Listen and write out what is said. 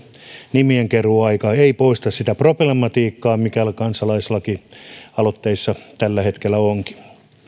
nimienkeruuaika ei poista sitä problematiikkaa mikä kansalaislakialoitteissa tällä hetkellä onkin